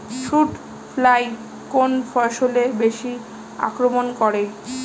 Fruit fly কোন ফসলে বেশি আক্রমন করে?